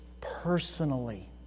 personally